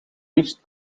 liefst